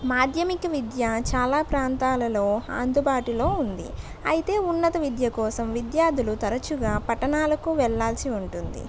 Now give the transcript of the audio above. మాధ్యమిక విద్య చాలా ప్రాంతాలలో అందుబాటులో ఉంది అయితే ఉన్నత విద్య కోసం విద్యార్థులు తరచుగా పట్టణాలకు వెళ్ళాల్సి ఉంటుంది